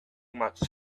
much